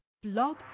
Blog